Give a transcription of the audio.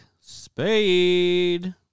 Spade